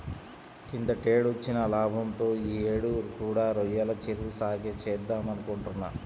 కిందటేడొచ్చిన లాభంతో యీ యేడు కూడా రొయ్యల చెరువు సాగే చేద్దామనుకుంటున్నా